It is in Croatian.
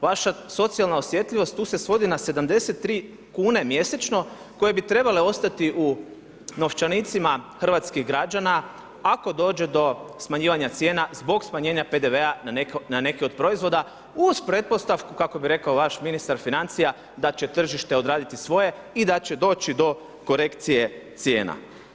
Vaša socijalna osjetljivost tu se svodi na 73 kune mjesečno koje bi trebale ostati u novčanicima hrvatskih građana ako dođe do smanjivanja cijena zbog smanjenja PDV-a na neke od proizvoda uz pretpostavku kako bi rekao vaš ministar financija, da će tržište odraditi svoje i da će doći do korekcije cijena.